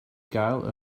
gael